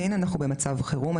כן אנחנו במצב חירום,